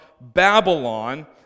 Babylon